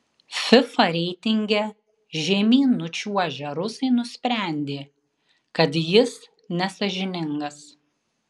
fifa reitinge žemyn nučiuožę rusai nusprendė kad jis nesąžiningas